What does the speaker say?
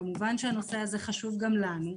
כמובן שהנושא הזה חשוב גם לנו,